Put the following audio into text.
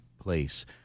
place